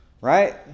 right